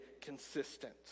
consistent